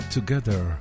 Together